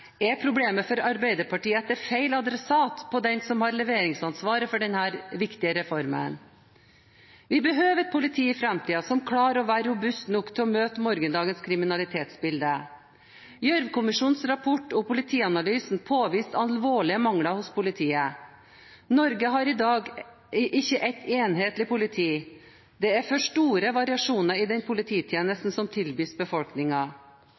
Er problemet for Arbeiderpartiet at det er feil adressant på den som har leveringsansvaret for denne viktige reformen? Vi behøver et politi i framtiden som klarer å være robust nok til å møte morgendagens kriminalitetsbilde. Gjørv-kommisjonens rapport og Politianalysen påviste alvorlige mangler hos politiet. Norge har i dag ikke et enhetlig politi. Det er for store variasjoner i den